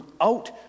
out